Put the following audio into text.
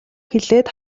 хэлээд